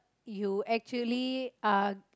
you actually are